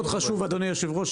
אדוני היושב-ראש,